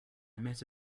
met